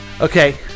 Okay